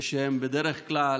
שהם בדרך כלל